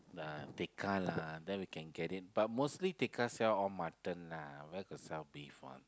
Tekka lah there we can get it but mostly Tekka sell all mutton lah where got sell beef one